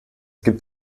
gibt